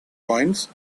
coins